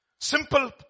Simple